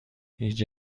هیچ